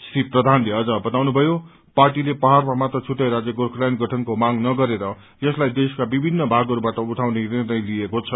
श्री प्रधानले बताए पार्टीले पहाड़मा मात्र छुट्टै राज्य गोर्खाल्याण्ड गठनको मांग न गरेर यसलाई देशका विभिन्न भागहरूबाट उठाउने निर्णय लिएको छ